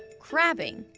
crabbing.